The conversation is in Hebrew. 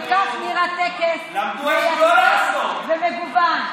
וכך נראה טקס מייצג ומגוון.